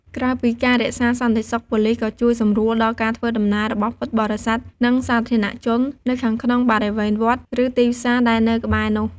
ក្រៅពីការរក្សាសន្តិសុខ ប៉ូលិសក៏ជួយសម្រួលដល់ការធ្វើដំណើររបស់ពុទ្ធបរិស័ទ និងសាធារណជននៅខាងក្នុងបរិវេណវត្ត ឬទីផ្សារដែលនៅក្បែរនោះ។